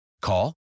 Call